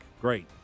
Great